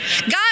God